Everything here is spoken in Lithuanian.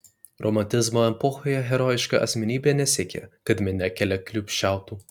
romantizmo epochoje herojiška asmenybė nesiekė kad minia keliaklupsčiautų